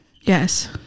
yes